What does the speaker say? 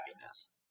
happiness